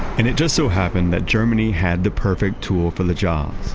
and it just so happened that germany had the perfect tool for the job,